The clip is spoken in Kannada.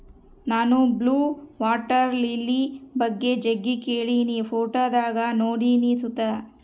ನಾನು ಬ್ಲೂ ವಾಟರ್ ಲಿಲಿ ಬಗ್ಗೆ ಜಗ್ಗಿ ಕೇಳಿನಿ, ಫೋಟೋದಾಗ ನೋಡಿನಿ ಸುತ